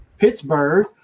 Pittsburgh